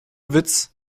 witz